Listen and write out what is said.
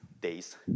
days